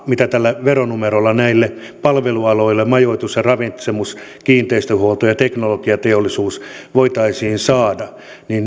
mitä veronumerolla näille palvelualoille majoitus ja ravitsemus kiinteistönhuolto ja teknologiateollisuus voitaisiin saada